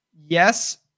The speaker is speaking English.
Yes